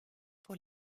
pour